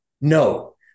No